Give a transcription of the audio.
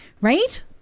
right